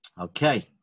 Okay